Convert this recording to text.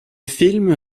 film